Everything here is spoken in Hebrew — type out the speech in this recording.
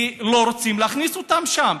כי לא רוצים להכניס אותם שם,